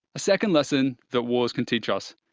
a second lesson that wars can teach us,